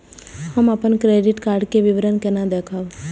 हम अपन credit card के विवरण केना देखब?